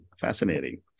Fascinating